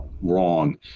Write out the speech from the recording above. wrong